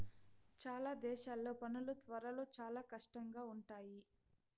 చాలా దేశాల్లో పనులు త్వరలో చాలా కష్టంగా ఉంటాయి